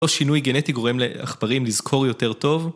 או שינוי גנטי גורם לעכברים לזכור יותר טוב.